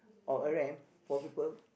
or a ramp for people